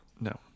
no